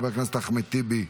חבר הכנסת אחמד טיבי,